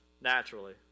naturally